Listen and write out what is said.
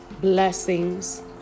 blessings